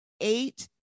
eight